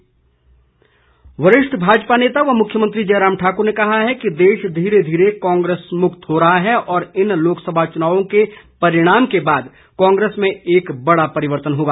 जयराम वरिष्ठ भाजपा नेता व मुख्यमंत्री जयराम ठाक्र ने कहा है कि देश धीरे धीरे कांग्रेस मुक्त हो रहा है और इन लोकसभा चुनाव के परिणाम के बाद कांग्रेस में एक बड़ा परिवर्तन होगा